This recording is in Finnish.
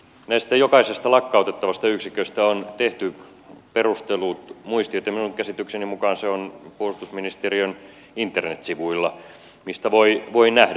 näistä jokaisesta lakkautettavasta yksiköstä on tehty perustelut muistiot ja minun käsitykseni mukaan ne ovat puolustusministeriön internetsivuilla mistä voi nähdä